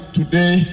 today